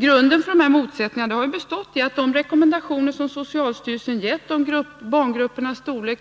Grunden för motsättningarna har varit att man i kommunen struntat i att följa — och det har man inte heller behövt göra — de rekommendationer som socialstyrelsen lämnat om barngruppernas storlek.